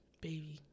baby